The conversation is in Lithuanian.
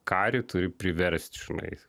karį turi priverst žinai